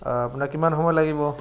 আপোনাৰ কিমান সময় লাগিব